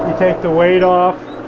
take the weight off,